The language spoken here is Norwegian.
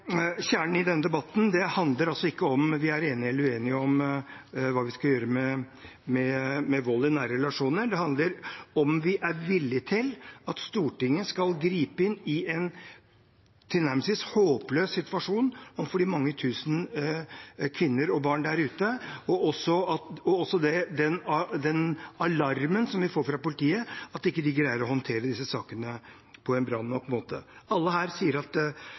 denne debatten er ikke om vi er enige eller uenige om hva vi skal gjøre med vold i nære relasjoner. Det handler om hvorvidt vi er villige til at Stortinget skal gripe inn i en tilnærmet håpløs situasjon for de mange tusen kvinner og barn der ute, og om den alarmen vi får fra politiet, om at de ikke greier å håndtere disse sakene på en bra nok måte. Alle her sier at